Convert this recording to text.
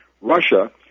Russia